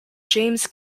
james